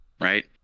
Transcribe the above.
right